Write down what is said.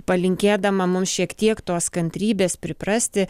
palinkėdama mums šiek tiek tos kantrybės priprasti